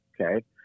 okay